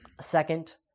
Second